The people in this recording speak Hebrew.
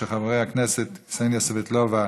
של חברות הכנסת קסניה סבטלובה,